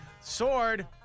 sword